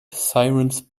sirens